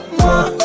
more